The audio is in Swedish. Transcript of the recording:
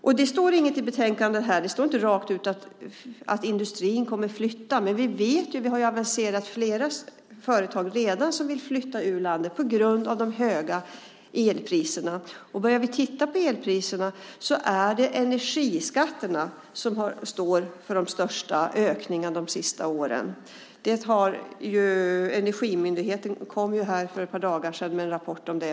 Det står inte rakt ut i betänkandet att industrin kommer att flytta, men vi vet ju det. Flera företag har ju redan aviserat att de vill flytta ur landet på grund av de höga elpriserna. Börjar vi titta på elpriserna så ser vi att det är energiskatterna som står för de största ökningarna de senaste åren. Energimyndigheten kom ju här för ett par dagar sedan med en rapport om det.